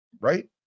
Right